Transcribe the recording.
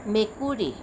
মেকুৰী